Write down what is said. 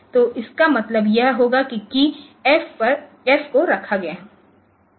तो इसका मतलब यह होगा कि कीय एफ को रखा गया है